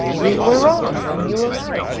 we were wrong and you were right.